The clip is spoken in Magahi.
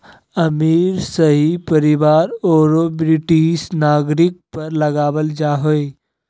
अमीर, शाही परिवार औरो ब्रिटिश नागरिक पर लगाबल जा हइ